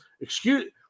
excuse